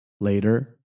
Later